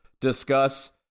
discuss